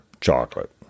chocolate